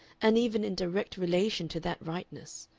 and even in direct relation to that rightness,